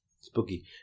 Spooky